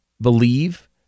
believe